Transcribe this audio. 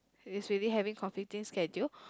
is really having conflicting schedule